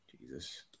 Jesus